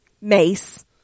Mace